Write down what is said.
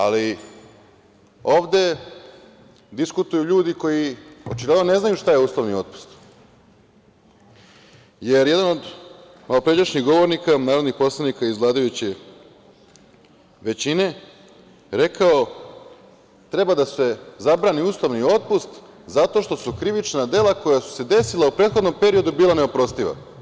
Ali, ovde diskutuju ljudi koji očigledno ne znaju šta je uslovni otpust, jer jedan od malopređašnjih govornika, narodnih poslanika iz vladajuće većine, rekao je da treba da se zabrani uslovni otpust zato što su krivična dela koja su se desila u prethodnom periodu bila neoprostiva.